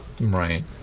Right